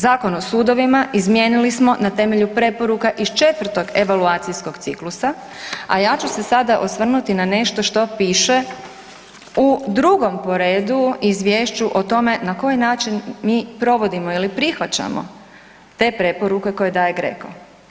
Zakon o sudovima izmijenili smo na temelju preporuka iz 4 evaluacijskog ciklusa, a ja ću se sada osvrnuti na nešto što piše u 2 po redu izvješću o tome na koji način mi provodimo ili prihvaćamo te preporuke koje daje GRECO.